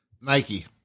Nike